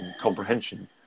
comprehension